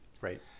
Right